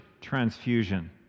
transfusion